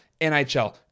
NHL